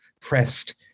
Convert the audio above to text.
pressed